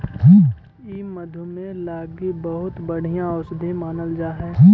ई मधुमेह लागी बहुत बढ़ियाँ औषधि मानल जा हई